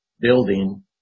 building